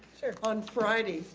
sure on friday,